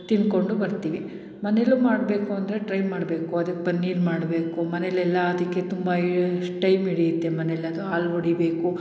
ತಿಂದ್ಕೊಂಡು ಬರ್ತೀವಿ ಮನೇಲೂ ಮಾಡಬೇಕು ಅಂದರೆ ಟ್ರೈ ಮಾಡಬೇಕು ಅದಕ್ಕೆ ಪನ್ನೀರ್ ಮಾಡಬೇಕು ಮನೆಲೆಲ್ಲ ಅದಕ್ಕೆ ತುಂಬ ಇಷ್ಟು ಟೈಮ್ ಹಿಡಿಯುತ್ತೆ ಮನೆಲಿ ಅದು ಹಾಲು ಒಡಿಬೇಕು